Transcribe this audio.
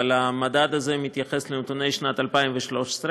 אבל המדד הזה מתייחס לנתוני שנת 2013,